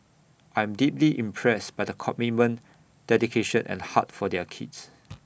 I am deeply impressed by the commitment dedication and heart for their kids